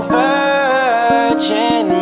virgin